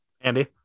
Andy